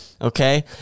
Okay